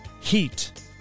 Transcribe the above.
Heat